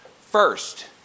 first